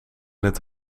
het